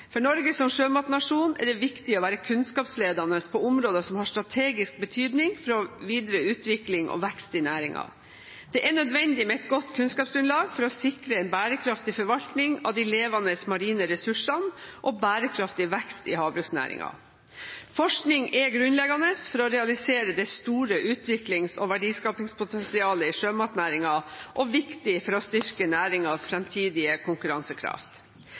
For Norge som sjømatnasjon er det viktig å være kunnskapsledende på områder som har strategisk betydning for videre utvikling og vekst i næringen. Det er nødvendig med et godt kunnskapsgrunnlag for å sikre en bærekraftig forvaltning av de levende marine ressursene og en bærekraftig vekst i havbruksnæringen. Forskning er grunnleggende for å realisere det store utviklings- og verdiskapingspotensialet i sjømatnæringen og viktig for å styrke næringens fremtidige konkurransekraft.